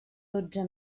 dotze